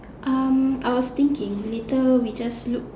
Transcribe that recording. um I was thinking later we just look